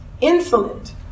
insolent